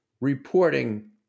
reporting